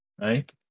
right